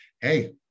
hey